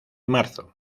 marzo